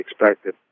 expected